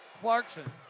Clarkson